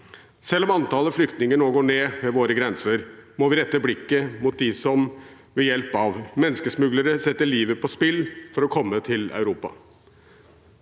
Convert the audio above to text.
Selv om antallet flyktninger nå går ned ved våre grenser, må vi rette blikket mot dem som ved hjelp av menneskesmuglere setter livet på spill for å komme til Europa.